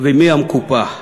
ומי המקופח.